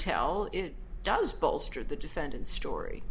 tell it does bolster the defendant's story